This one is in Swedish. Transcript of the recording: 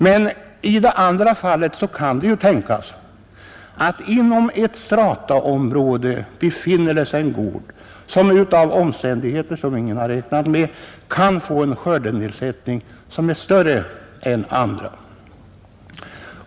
Men i det andra fallet kan det tänkas att inom ett strataområde befinner sig en gård som av omständigheter som ingen har räknat med kan få en skördenedsättning som är större än andras.